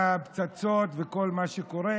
הפצצות וכל מה שקורה.